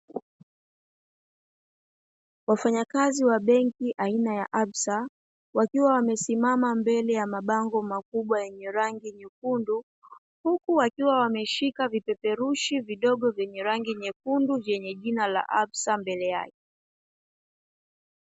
Wafanyakazi wa benki aina ya ABSA, wakiwa wamesimama mbele ya mabango makubwa yenye rangi nyekundu huku wakiwa wameshika vipeperushi vidogo vyenye rangi ya nyekundu vyenye jina la ABSA mbele yake.